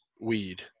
weed